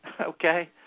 Okay